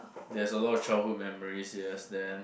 there's a lot of childhood memories yes then